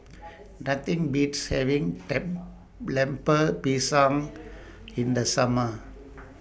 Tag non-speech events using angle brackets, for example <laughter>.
Nothing Beats having <unintelligible> Lemper <noise> Pisang in The Summer